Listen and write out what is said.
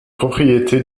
propriétés